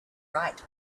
right